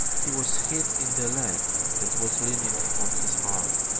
he was hit in the leg and was leaning on his arm.